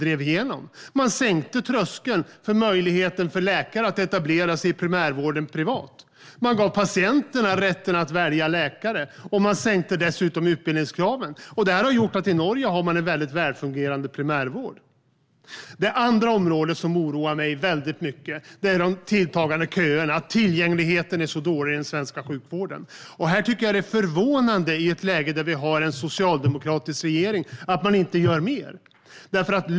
De sänkte tröskeln för läkares möjligheter att etablera sig privat i primärvården. De gav patienterna rätten att välja läkare, och de sänkte dessutom utbildningskraven. Detta har gjort att man i Norge har en välfungerande primärvård. Det andra området som oroar mig väldigt mycket är de tilltagande köerna. Tillgängligheten är dålig i den svenska sjukvården. Det är förvånande att inte mer görs när vi har en socialdemokratisk regering.